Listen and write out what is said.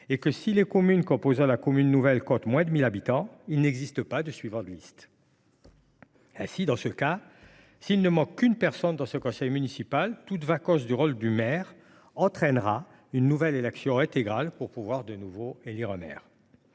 Or, si les communes composant la commune nouvelle comptent moins de 1 000 habitants, il n’existe pas de suivant de liste. Ainsi, dans ce cas, s’il ne manque qu’une personne dans ce conseil municipal, toute vacance du poste de maire entraîne une nouvelle élection intégrale pour pouvoir de nouveau élire un maire.